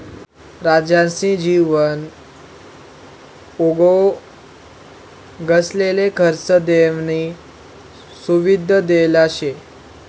राज्यसनी नवीन उद्योगसले कर्ज देवानी सुविधा देल शे